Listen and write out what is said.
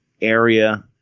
area